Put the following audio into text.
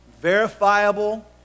Verifiable